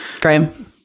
Graham